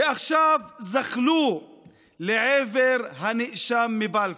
ועכשיו זחלו לעבר הנאשם מבלפור.